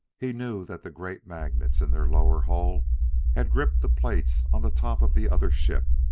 he knew that the great magnets in their lower hull had gripped the plates on the top of the other ship.